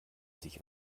sich